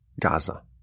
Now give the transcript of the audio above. Gaza